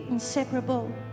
inseparable